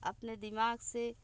अपने दिमाग से